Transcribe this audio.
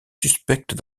suspectes